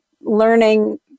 learning